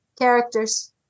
Characters